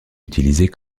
utilisées